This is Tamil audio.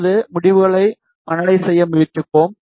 இப்போது முடிவுகளை அனலைஸ் செய்ய முயற்சிப்போம்